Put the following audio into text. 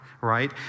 right